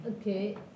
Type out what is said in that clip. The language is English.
Okay